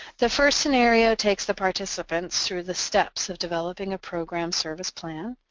the first scenario takes the participants through the steps of developing a program service plan,